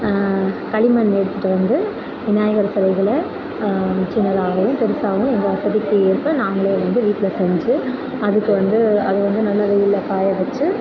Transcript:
களிமண் எடுத்துகிட்டு வந்து விநாயகர் சிலைகளை சின்னதாகவும் பெருசாகவும் எங்கள் வசதிக்கு ஏற்ப நாங்களே வந்து வீட்டில் செஞ்சு அதுக்கு வந்து அதை வந்து நல்லா வெயிலில் காய வச்சு